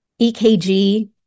EKG